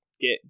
get